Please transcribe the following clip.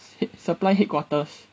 su~ supply headquarters